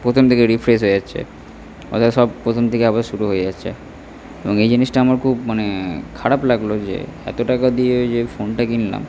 প্রথম থেকে রিফ্রেশ হয়ে যাচ্ছে অর্থাৎ সব প্রথম থেকে আবার শুরু হয়ে যাচ্ছে এবং এই জিনিসটা আমার খুব মানে খারাপ লাগল যে এত টাকা দিয়ে যে ফোনটা কিনলাম